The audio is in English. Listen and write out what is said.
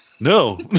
No